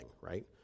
right